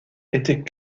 était